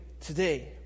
today